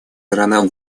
ирана